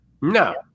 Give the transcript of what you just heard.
No